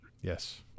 yes